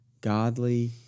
godly